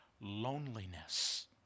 loneliness